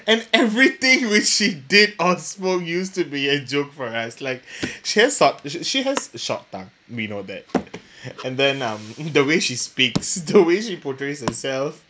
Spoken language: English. and everything which she did or spoke used to be a joke for us like she has sh~ she has short tongue we know that and then um the way she speaks the way she portrays herself